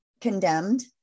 condemned